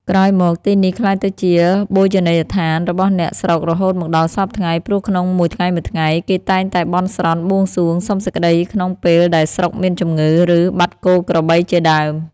ក្រោយមក ទីនេះក្លាយទៅជាបូជនីយដ្ឋានរបស់អ្នកស្រុករហូតមកដល់សព្វថ្ងៃ ព្រោះក្នុងមួយថ្ងៃៗ គេតែងតែបន់ស្រន់ បួងសួង សុំសេចក្ដីក្នុងពេលដែលស្រុកមានជំងឺ ឬ បាត់គោក្របីជាដើម ។